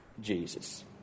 Jesus